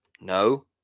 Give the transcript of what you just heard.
No